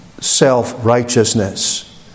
self-righteousness